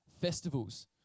festivals